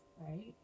right